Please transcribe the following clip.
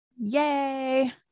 Yay